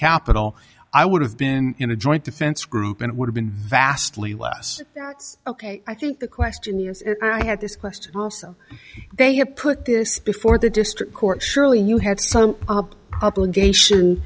capital i would have been in a joint defense group and it would have been vastly less ok i think the question is if i had this quest also they have put this before the district court surely you have some obligation